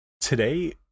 today